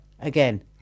again